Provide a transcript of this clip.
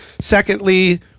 Secondly